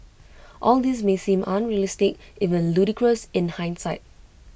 all this may seem unrealistic even ludicrous in hindsight